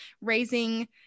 raising